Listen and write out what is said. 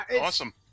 Awesome